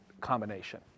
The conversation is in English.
combination